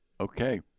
Okay